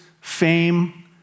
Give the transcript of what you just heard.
fame